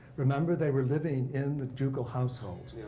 remember, they were living in the ducal household.